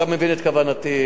אתה מבין את כוונתי.